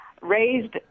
Raised